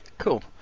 Cool